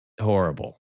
horrible